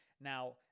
Now